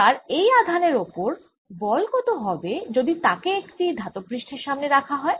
এবার এই আধানের ওপর বল কত হবে যদি তাকে একটি ধাতব পৃষ্ঠের সামনে রাখা হয়